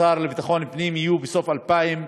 השר לביטחון פנים, יהיו בסוף 2017,